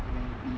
and maybe